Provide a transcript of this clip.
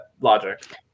logic